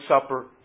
Supper